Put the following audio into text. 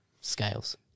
scales